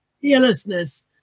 Fearlessness